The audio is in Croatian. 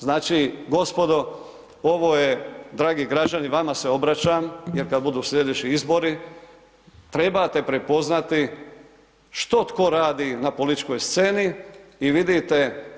Znači gospodo, ovo je, dragi građani vama se obraćam, jer kad budu sljedeći izbori trebate prepoznati što tko radi na političkoj sceni i vidite.